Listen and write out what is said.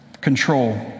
Control